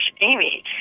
Amy